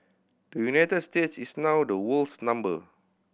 the United States is now the world's number